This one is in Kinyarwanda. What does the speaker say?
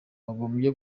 wagombye